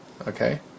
Okay